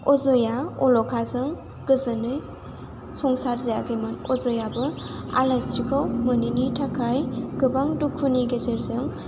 अजया अलखाजों गोजोनै संसार जायाखैमोन अजयाबो आलायस्रिखौ मोनैनि थाखाय गोबां दुखुनि गेजेरजों